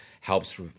helps